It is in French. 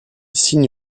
signe